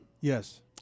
Yes